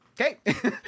okay